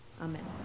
amen